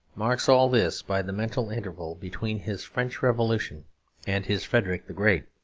marks all this by the mental interval between his french revolution and his frederick the great.